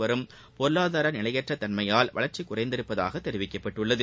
வரும் பொருளாதார நிலையற்ற தன்மையால் வளர்ச்சி குறைந்துள்ளதாக தெரிவிக்கப்பட்டுள்ளது